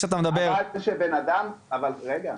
אבל רגע,